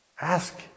Ask